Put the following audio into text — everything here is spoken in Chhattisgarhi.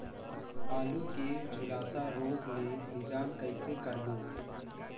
आलू के झुलसा रोग ले निदान कइसे करबो?